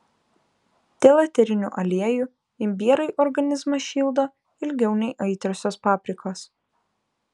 dėl eterinių aliejų imbierai organizmą šildo ilgiau nei aitriosios paprikos